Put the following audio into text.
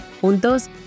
Juntos